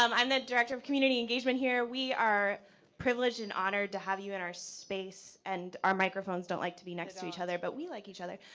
um i'm the director of community engagement here. we are privileged and honored to have you in our space and our microphones don't like to be next to each other but we like each other.